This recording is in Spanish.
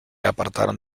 apartaron